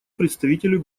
представителю